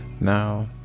Now